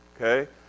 Okay